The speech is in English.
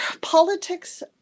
politics